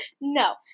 No